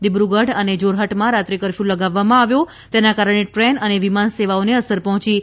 દીબ્રુગઢ અને જોરહટમાં રાત્રે કરફ્યુ લગાવવામાં આવ્યો છે તેના કારણે ટ્રેન અને વિમાન સેવાઓને અસર પહોચી છે